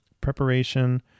preparation